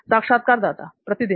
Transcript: साक्षात्कारदाता प्रतिदिन